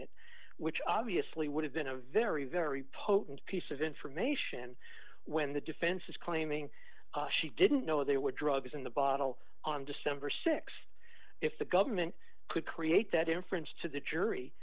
it which obviously would have been a very very potent piece of information when the defense is claiming she didn't know there were drugs in the bottle on december th if the government could create that inference to the jury